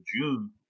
June